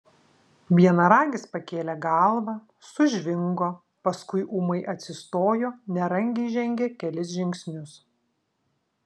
vienaragis pakėlė galvą sužvingo paskui ūmai atsistojo nerangiai žengė kelis žingsnius